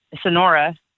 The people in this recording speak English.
Sonora